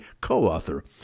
co-author